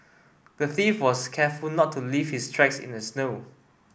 the thief was careful not to leave his tracks in the snow